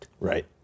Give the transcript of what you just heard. Right